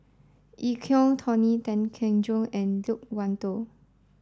Eu Kong Tony Tan Keng Joo and Loke Wan Tho